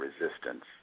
resistance